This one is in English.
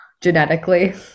genetically